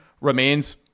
remains